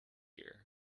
deer